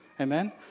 Amen